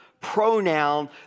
pronoun